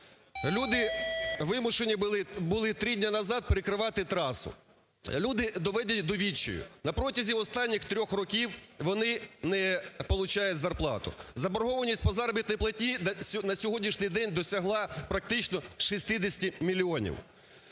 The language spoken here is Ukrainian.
Люди вимушені були три дні назад перекривати трасу. Люди доведені до відчаю. На протязі останніх трьох років вони не получають зарплату. Заборгованість по заробітній платні на сьогоднішній день досягла практично 60 мільйонів.